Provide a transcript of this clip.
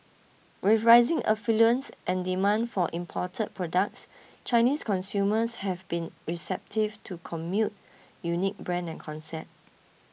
with rising affluence and demand for imported products Chinese consumers have been receptive to Commune's unique brand and concept